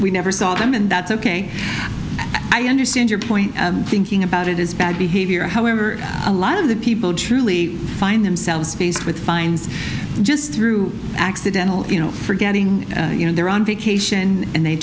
we never saw them and that's ok i understand your point thinking about it is bad behavior however a lot of the people truly find themselves faced with fines just through accidental you know forgetting you know they're on vacation and they